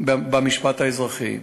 במשפט האזרחי.